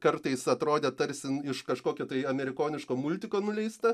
kartais atrodė tarsi iš kažkokio tai amerikoniško multiko nuleista